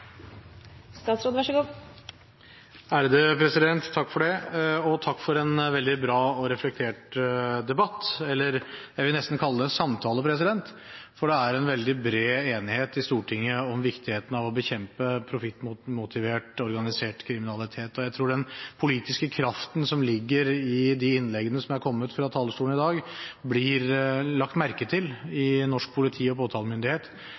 Takk for en veldig bra og reflektert debatt, jeg vil nesten kalle det en samtale, for det er en veldig bred enighet i Stortinget om viktigheten av å bekjempe profittmotivert organisert kriminalitet. Jeg tror den politiske kraften som ligger i de innleggene som har kommet fra talerstolen i dag, blir lagt merke til i norsk politi og påtalemyndighet